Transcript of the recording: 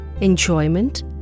enjoyment